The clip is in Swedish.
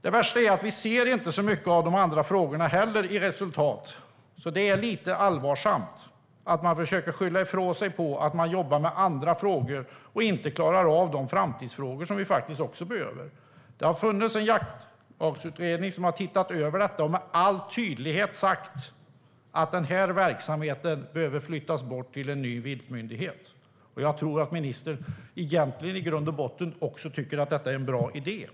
Det värsta är att vi inte ser så mycket resultat i de andra frågorna heller. Det är lite allvarsamt att man försöker skylla ifrån sig med att man jobbar med andra frågor och inte klarar dessa framtidsfrågor där vi också behöver resultat. Det har funnits en jaktlagsutredning som tittat över detta och med all tydlighet sagt att den här verksamheten behöver flyttas till en ny viltmyndighet. Jag tror att ministern egentligen i grund och botten också tycker att detta är en bra idé.